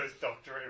Doctor